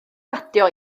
radio